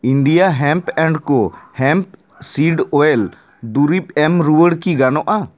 India hemp and ᱠᱳ hemp seed oil ᱫᱩᱨᱤᱵᱽ ᱮᱢ ᱨᱩᱭᱟᱹᱲ ᱠᱤ ᱜᱟᱱᱚᱜᱼᱟ